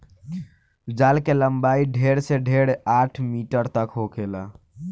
जाल के लम्बाई ढेर से ढेर आठ मीटर तक होखेला